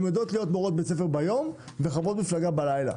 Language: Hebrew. הן יודעות להיות מורות בבית ספר ביום וחברות מפלגה בלילה.